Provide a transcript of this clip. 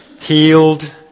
healed